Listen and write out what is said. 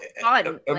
fun